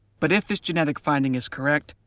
but if this genetic finding is correct,